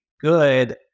good